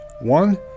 One